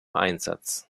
einsatz